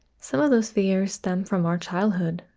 some of those fears stem from our childhood,